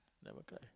never cry